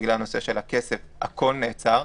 בגלל הנושא של הכסף הכול נעצר.